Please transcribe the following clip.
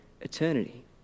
eternity